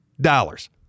dollars